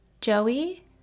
Joey